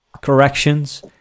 corrections